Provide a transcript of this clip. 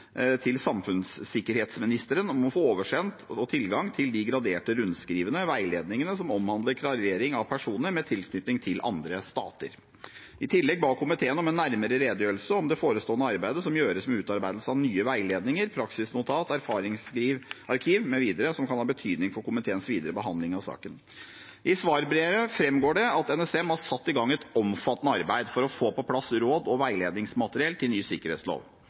til samfunnssikkerhetsministeren om å få oversendt eller få tilgang til de graderte rundskrivene/veiledningene som omhandler klarering av personer med tilknytning til andre stater. I tillegg ba komiteen om en nærmere redegjørelse om det forestående arbeidet som gjøres med utarbeidelse av nye veiledninger, praksisnotat og erfaringsarkiv mv. som kan ha betydning for komiteens videre behandling av saken. I svarbrevet framgår det at NSM har satt i gang et omfattende arbeid for å få på plass råd- og veiledningsmateriell til ny sikkerhetslov.